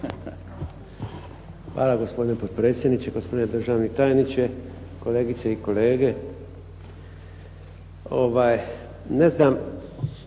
Hvala gospodine potpredsjedniče, gospodine državni tajniče, kolegice i kolege. Ne znam